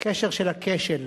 קשר של הכשל,